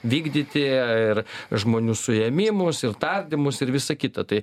vykdyti ir žmonių suėmimus ir tardymus ir visa kita tai